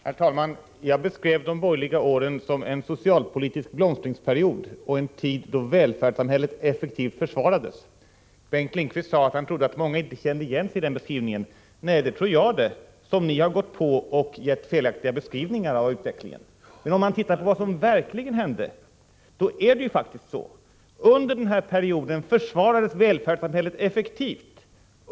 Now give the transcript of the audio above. Herr talman! Jag beskrev de borgerliga åren som en socialpolitisk blomstringsperiod och en tid då välfärdssamhället effektivt försvarades. Bengt Lindqvist sade att han trodde att många inte kände igen sig i den beskrivningen. Nej, det tror jag det, som ni har gått på och gett felaktiga beskrivningar av utvecklingen! Om man tittar på vad som verkligen hände, finner man att under den här perioden försvarades välfärdssamhället effektivt.